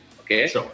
Okay